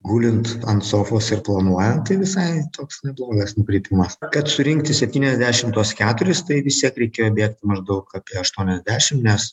gulint ant sofos ir planuojant tai visai toks neblogas ritmas kad surinkti septyniasdešim tuos keturis tai vis tiek reikia bėgti maždaug apie aštuoniasdešim nes